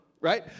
right